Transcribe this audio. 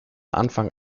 anfang